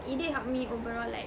it did help me overall like